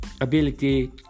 ability